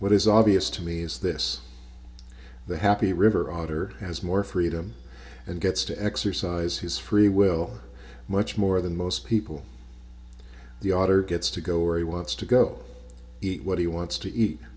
what is obvious to me is this the happy river author has more freedom and gets to exercise his free will much more than most people the author gets to go where he wants to go eat what he wants to eat